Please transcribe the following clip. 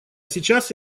сейчас